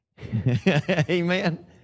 Amen